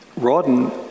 Rawdon